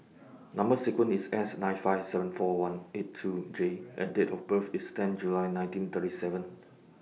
Number sequence IS S nine five seven four one eight two J and Date of birth IS ten July nineteen thirty seven